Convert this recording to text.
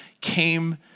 Came